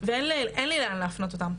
ואין לי לאן להפנות אותם,